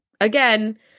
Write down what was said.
again